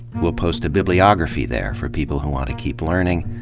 we'll post a bibliography there for people who want to keep learning,